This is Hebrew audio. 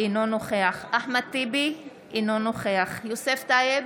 אינו נוכח אחמד טיבי, אינו נוכח יוסף טייב,